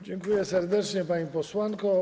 Dziękuję serdecznie, pani posłanko.